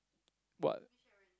what